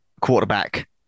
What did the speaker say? quarterback